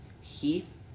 Heath